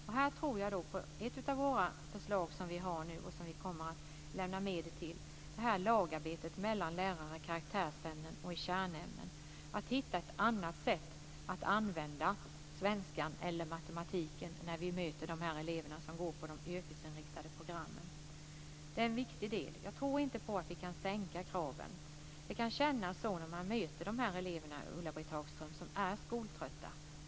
Jag tror på det förslag vi har och som vi kommer att lämna medel till, nämligen lagarbete mellan lärare i karaktärsämnen och kärnämnen, och att hitta ett annat sätt att använda svenskan eller matematiken när vi möter eleverna på de yrkesinriktade programmen. Det är en viktig del. Jag tror inte på att vi kan sänka kraven. Det kan kännas så när man möter de elever som är skoltrötta, Ulla-Britt Hagström.